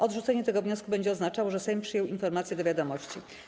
Odrzucenie tego wniosku będzie oznaczało, że Sejm przyjął informację do wiadomości.